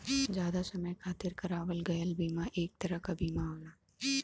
जादा समय खातिर करावल गयल बीमा एक तरह क बीमा होला